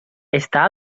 està